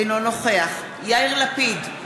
אינו נוכח יאיר לפיד,